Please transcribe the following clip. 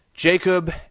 Jacob